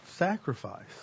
sacrifice